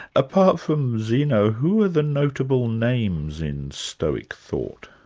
apart from zeno, who are the notable names in stoic thought?